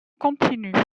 continue